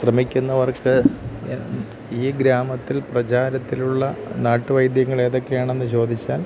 ശ്രമിക്കുന്നവർക്ക് ഈ ഗ്രാമത്തിൽ പ്രചാരത്തിലുള്ള നാട്ട് വൈദ്യങ്ങളേതൊക്കെയാണെന്ന് ചോദിച്ചാൽ